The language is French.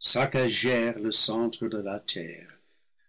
saccagèrent le centre de la terre